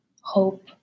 hope